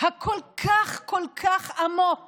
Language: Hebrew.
הכל-כך כל כך עמוק